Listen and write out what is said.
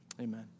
amen